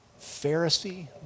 Pharisee